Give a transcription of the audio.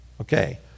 Okay